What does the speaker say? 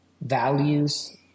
values